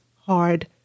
hard